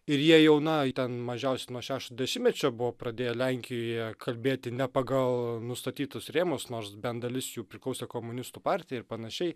ir jie jau na ten mažiausiai nuo šešto dešimtmečio buvo pradėję lenkijoje kalbėti ne pagal nustatytus rėmus nors bent dalis jų priklausė komunistų partijai ir panašiai